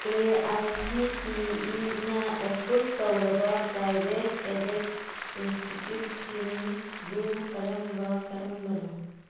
A I C T ꯏꯤꯅ approve ꯇꯧꯔꯕ private aided ꯏꯟꯁꯇꯤꯇ꯭ꯌꯨꯠꯁꯤꯡꯗꯨ ꯀꯔꯝꯕ ꯀꯔꯝꯕꯅꯣ